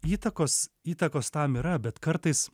įtakos įtakos tam yra bet kartais